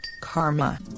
karma